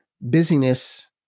busyness